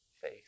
faith